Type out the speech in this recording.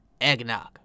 Eggnog